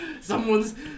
Someone's